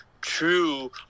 true